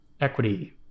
equity